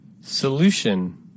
Solution